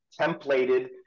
templated